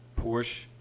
porsche